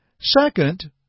Second